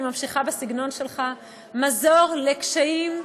אני ממשיכה בסגנון שלך מזור לקשיים,